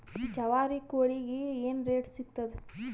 ಜವಾರಿ ಕೋಳಿಗಿ ಏನ್ ರೇಟ್ ಸಿಗ್ತದ?